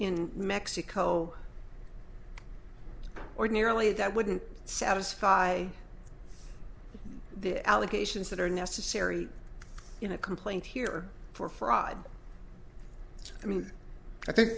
in mexico ordinarily that wouldn't satisfy the allegations that are necessary in a complaint here for fraud i mean i think